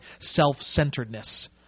self-centeredness